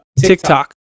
TikTok